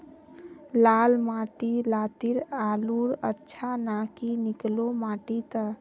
लाल माटी लात्तिर आलूर अच्छा ना की निकलो माटी त?